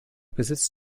besitzt